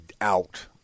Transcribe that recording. out